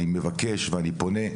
אני מבקש ואני פונה,